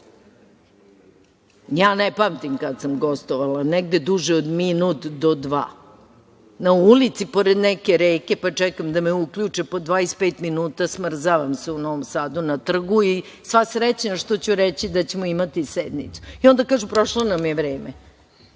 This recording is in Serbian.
Ja ne pamtim kad sam gostovala negde duže od minut do dva, na ulici pored neke reke, pa čekam da me uključe po 25 minuta, smrzavam se u Novom Sadu na trgu i sva srećna što ću reći da ćemo imati sednicu i onda kažu – prošlo nam je vreme. Tako